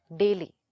daily